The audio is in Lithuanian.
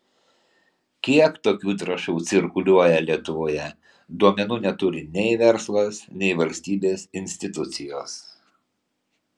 kiek tokių trąšų cirkuliuoja lietuvoje duomenų neturi nei verslas nei valstybės institucijos